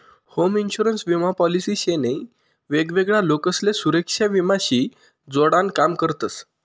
home insurance विमा policy शे नी वेगवेगळा लोकसले सुरेक्षा विमा शी जोडान काम करतस